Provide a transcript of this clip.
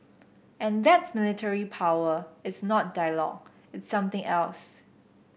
and that's military power it's not dialogue it's something else